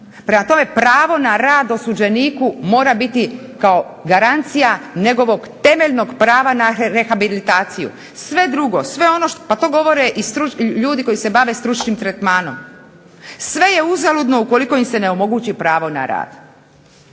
Prema tome, pravo na rad osuđeniku mora biti kao garancija njegovog temeljnog prava na rehabilitaciju, to govore ljudi koji se bave stručnim tretmanom. Sve je uzaludno ukoliko im se onemogući pravo na rad.